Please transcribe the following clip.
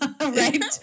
Right